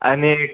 आणि